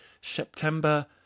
September